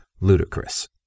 ludicrous